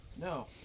No